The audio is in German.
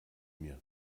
mir